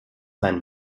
sein